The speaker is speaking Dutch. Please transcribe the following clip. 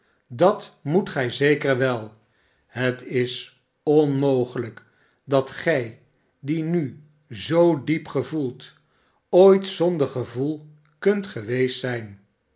dat moet gij zeker wel het is onmogelijk dat gij die nu zoo diepgevoelt ooit zonder gevoel kunt geweest zijn